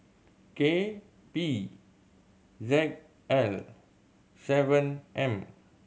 K P Z L seven M